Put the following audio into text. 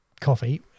coffee